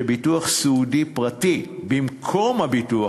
שעבורה ביטוח סיעודי פרטי במקום הביטוח